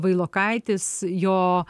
vailokaitis jo